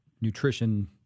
nutrition